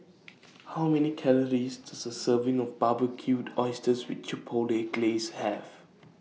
How Many Calories Does A Serving of Barbecued Oysters with Chipotle Glaze Have